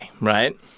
right